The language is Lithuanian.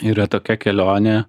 yra tokia kelionė